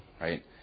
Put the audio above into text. right